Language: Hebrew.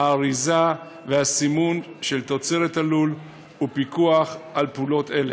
האריזה והסימון של תוצרת הלול ופיקוח על פעולות אלה.